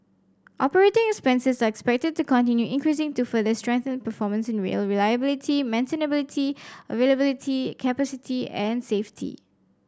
operating expenses are expected to continue increasing to further strengthen performance in rail reliability maintainability availability capacity and safety